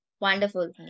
Wonderful